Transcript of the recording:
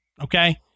okay